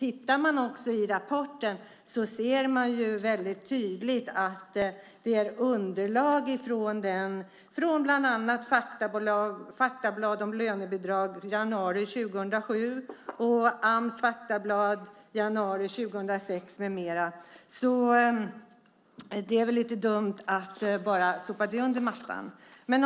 Om man tittar i rapporten ser man tydligt i underlaget från bland annat faktablad om lönebidrag för januari 2007 och Ams faktablad för januari 2006 med mera att det är lite dumt att bara sopa det under mattan.